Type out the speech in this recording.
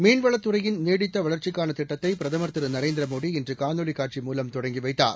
மீன்வளத் துறையின் நீடித்த வளர்ச்சிக்கான திட்டத்தை பிரதமர் திரு நரேந்திரமோடி இன்று காணொளிக் காட்சி மூலம் தொடங்கி வைத்தார்